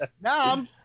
now